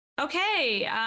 Okay